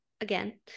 again